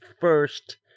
first